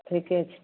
ठीके छै